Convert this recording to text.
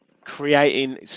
creating